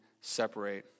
separate